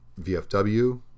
VFW